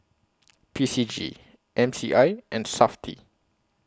P C G M C I and Safti